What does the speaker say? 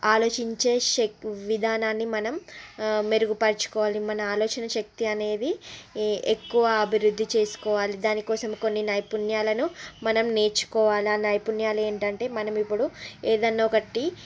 ఆలోచించే శ విధానాన్ని మనం మెరుగుపరుచుకోవాలి మన ఆలోచన శక్తి అనేది ఏ ఎక్కువ అభివృద్ధి చేసుకోవాలి దానికోసం కొన్ని నైపుణ్యాలను మనం నేర్చుకోవాలి ఆ నైపుణ్యాలు ఏంటి అంటే మనం ఇప్పుడు ఏదైనా ఒకటి